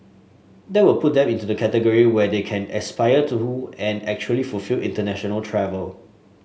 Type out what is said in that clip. that will put them into the category where they can aspire to and actually fulfil international travel